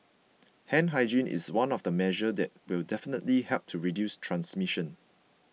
hand hygiene is one of the measures that will definitely help to reduce transmission